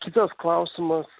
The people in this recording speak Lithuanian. kitas klausimas